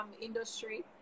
industry